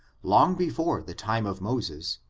long before the time of moses,